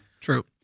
True